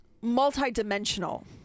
multi-dimensional